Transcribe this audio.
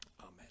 Amen